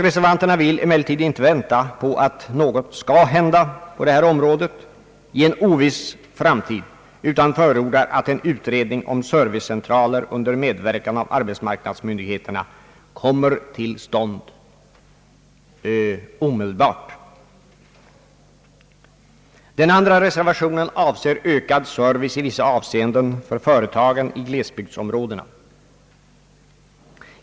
Reservanterna vill emellertid inte vänta på att något skall hända på detta område i en oviss framtid utan förordar att en utredning om servicecentraler under medverkan av arbetsmarknadsmyndigheterna kommer till stånd omedelbart. Den andra reservationen avser ökad service i vissa avseenden för företagen i glesbygdsområdena.